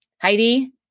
Heidi